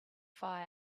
fire